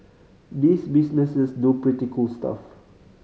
these businesses do pretty cool stuff